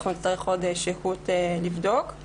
נצטרך עוד שהות לבדוק את